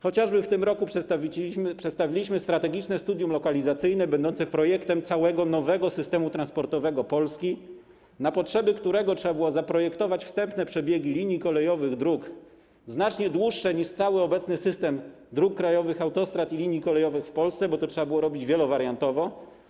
Chociażby w tym roku przedstawiliśmy strategiczne studium lokalizacyjne będące projektem całego nowego systemu transportowego Polski, na potrzeby którego trzeba było zaprojektować wstępne przebiegi linii kolejowych i dróg znacznie dłuższe niż cały obecny system dróg krajowych, autostrad i linii kolejowych w Polsce, bo to trzeba było robić wielowariantowo.